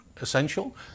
essential